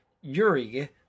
Yuri